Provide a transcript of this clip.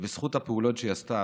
בזכות הפעולות שהיא עשתה,